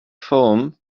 foam